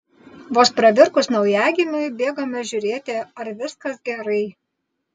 vos pravirkus naujagimiui bėgame žiūrėti ar viskas gerai